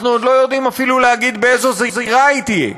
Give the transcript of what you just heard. אנחנו עוד לא יודעים אפילו להגיד באיזו זירה היא תהיה,